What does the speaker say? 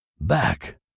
Back